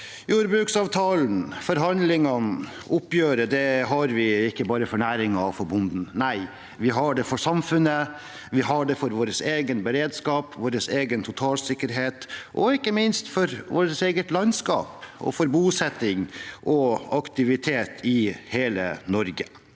Jordbruksavtalen og forhandlinger om oppgjøret har vi ikke bare for næringen og for bonden. Vi har det for samfunnet, vi har det for vår egen beredskap og totalsikkerhet, og vi har det ikke minst for vårt eget landskap, for bosetting og aktivitet i hele Norge.